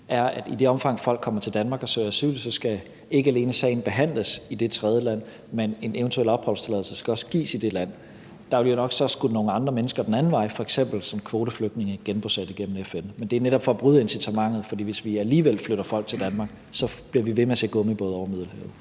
er, at i det omfang, folk kommer til Danmark og søger asyl, skal sagen ikke alene behandles i det tredjeland, men en eventuel opholdstilladelse skal også gives i det land. Der vil så nok skulle nogle andre mennesker den anden vej, f.eks. som kvoteflygtninge genbosat igennem FN. Men det er netop for at bryde incitamentet, for hvis vi alligevel flytter folk til Danmark, bliver vi ved med at se gummibåde over Middelhavet.